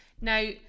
Now